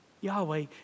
Yahweh